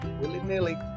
willy-nilly